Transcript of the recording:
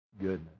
goodness